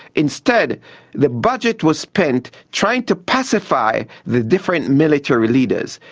instead the budget was spent trying to pacify the different military leaders,